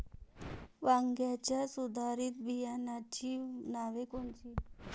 वांग्याच्या सुधारित बियाणांची नावे कोनची?